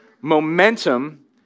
Momentum